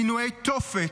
עינויי תופת,